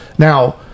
Now